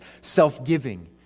self-giving